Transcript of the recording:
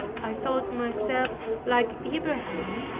i thought myself like abraham,